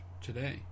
today